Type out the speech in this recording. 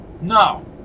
No